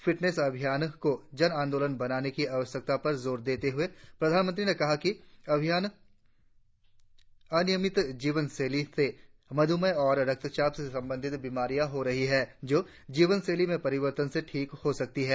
fitness अभियान को जन आंदोलन बनाने की आवश्यकता पर जोर देते हुए प्रधानमंत्री ने कहा कि अनियमित जीवन शैली से मध्रमेह और रक्तचाप से संबंधित बीमारियां हो रही हैं जो जीवन शैली में परिवर्तन से ठीक हो सकती हैं